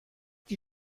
die